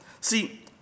See